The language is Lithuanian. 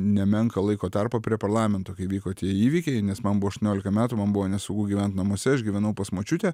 nemenką laiko tarpą prie parlamento kai vyko tie įvykiai nes man buvo aštuoniolika metų man buvo nesaugu gyvent namuose aš gyvenau pas močiutę